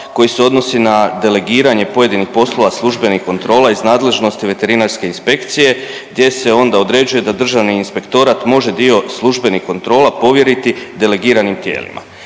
koji se odnosi na delegiranje pojedinih poslova službenih kontrola iz nadležnosti veterinarske inspekcije gdje se onda određuje da državni inspektorat može dio službenih kontrola povjeriti delegiranim tijelima.